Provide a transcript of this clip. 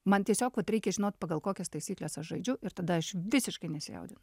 man tiesiog vat reikia žinot pagal kokias taisykles aš žaidžiu ir tada aš visiškai nesijaudinu